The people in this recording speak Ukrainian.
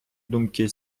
думки